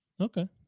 Okay